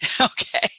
okay